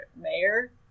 mayor